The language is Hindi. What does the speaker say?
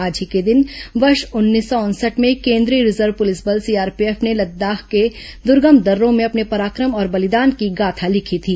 आज ही के दिन वर्ष उन्नीस सौ उनसठ भें केंद्रीय रिजर्व पुलिस बल सीआरपीएफ ने लद्दाख के दर्गम दर्रो में अपने पराक्रम और बलिदान की गाथा लिखी थी